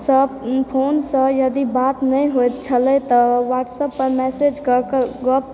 सँ फोनसँ यदि बात नहि होयत छलय तऽ व्हाट्सअपपे मैसेजकऽ कऽ गप